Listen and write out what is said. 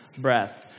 breath